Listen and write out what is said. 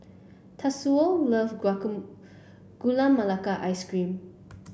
Tatsuo love Gula Melaka Ice Cream